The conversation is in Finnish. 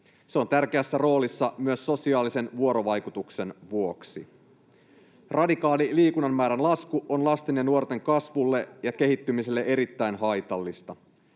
Se on tärkeässä roolissa myös sosiaalisen vuorovaikutuksen vuoksi. Radikaali liikunnan määrän lasku on lasten ja nuorten kasvulle ja kehittymiselle erittäin haitallista.